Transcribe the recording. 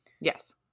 Yes